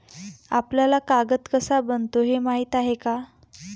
आपल्याला कागद कसा बनतो हे माहीत आहे का?